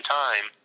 time